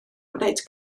wneud